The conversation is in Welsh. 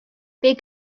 beth